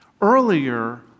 Earlier